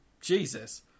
Jesus